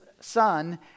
son